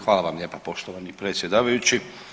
Hvala vam lijepa poštovani predsjedavajući.